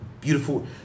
beautiful